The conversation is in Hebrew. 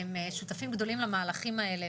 הם שותפים גדולים למהלכים האלה,